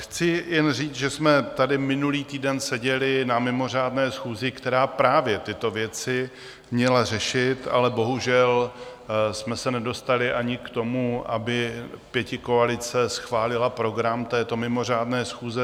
Chci jen říct, že jsme tady minulý týden seděli na mimořádné schůzi, která právě tyto věci měla řešit, ale bohužel jsme se nedostali ani k tomu, aby pětikoalice schválila program této mimořádné schůze.